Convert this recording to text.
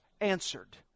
answered